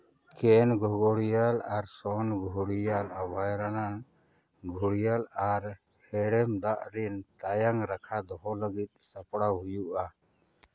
ᱠᱮᱱ ᱜᱷᱚᱜᱳᱲᱤᱭᱟᱹᱞ ᱟᱨ ᱥᱚᱱ ᱜᱷᱚᱲᱤᱭᱟᱹᱞ ᱚᱵᱷᱚᱭᱟᱨᱚᱱᱱᱚ ᱜᱷᱩᱲᱤᱭᱟᱹᱞ ᱟᱨ ᱦᱮᱲᱮᱢ ᱫᱟᱜ ᱨᱮᱱ ᱛᱟᱭᱟᱱ ᱨᱟᱠᱷᱟ ᱫᱚᱦᱚ ᱞᱟᱹᱜᱤᱫ ᱥᱟᱯᱲᱟᱣ ᱦᱩᱭᱩᱜᱼᱟ